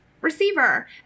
receiver